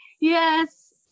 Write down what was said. Yes